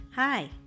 Hi